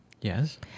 Yes